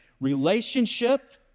relationship